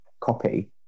copy